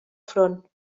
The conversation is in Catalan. front